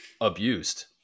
Abused